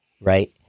right